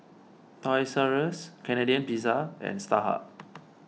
Toys R Us Canadian Pizza and Starhub